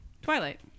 Twilight